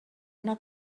una